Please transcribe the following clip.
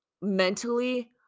mentally